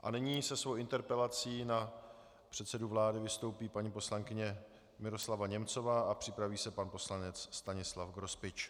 A nyní se svou interpelací na předsedu vlády vystoupí paní poslankyně Miroslava Němcová a připraví se pan poslanec Stanislav Grospič.